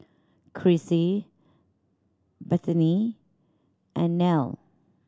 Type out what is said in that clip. Crissie Bethany and Nelle